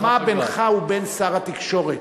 הסכמה בינך ובין שר התקשורת.